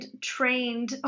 trained